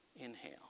Inhale